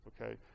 okay